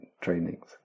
trainings